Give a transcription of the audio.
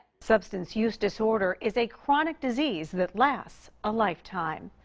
substance use disorder is a chronic disease that lasts a lifetime.